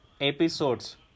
episodes